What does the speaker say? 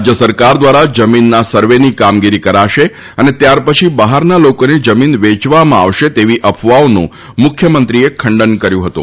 રાજ્ય સરકાર દ્વારા જમીનના સર્વેની કામગીરી કરાશે અને ત્યાર પછી બહારના લોકોને જમીન વેચવામાં આવશે તેવી અફવાઓનું મુખ્યમંત્રીએ ખંડન કર્યું હતું